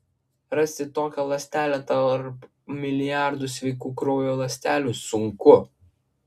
rasti tokią ląstelę tarp milijardų sveikų kraujo ląstelių sunku